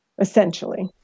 essentially